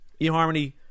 eHarmony